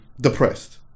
Depressed